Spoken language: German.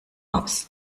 ups